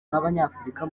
n’abanyafurika